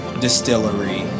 Distillery